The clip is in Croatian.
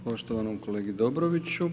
Poštovanom kolegi Dobroviću.